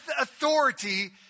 authority